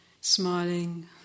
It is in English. smiling